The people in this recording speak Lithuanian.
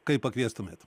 kaip pakviestumėt